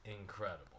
incredible